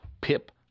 Pip